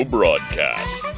Broadcast